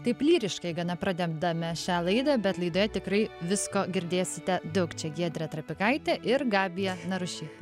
taip lyriškai gana pradedame šią laidą bet laidoje tikrai visko girdėsite daug čia giedrė trapikaitė ir gabija narušytė